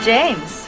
James